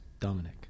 Dominic